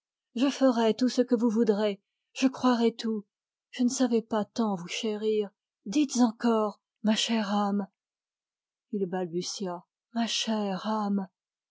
je ferai tout ce que vous voudrez je croirai tout je ne savais pas tant vous chérir dites encore ma chère âme il balbutia ma